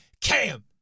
Cam